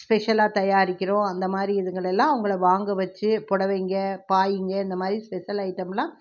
ஸ்பெஷலாக தயாரிக்கிறோம் அந்த மாதிரி இதுங்களையெல்லாம் அவங்கள வாங்க வச்சு புடவைங்க பாய்ங்க இந்த மாதிரி ஸ்பெஷல் ஐட்டம்லாம்